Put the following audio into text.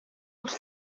els